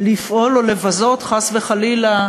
לפעול או לבזות, חס וחלילה,